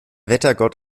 wettergott